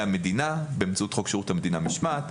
המדינה באמצעות חוק שירות המדינה (משמעת),